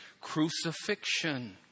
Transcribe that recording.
crucifixion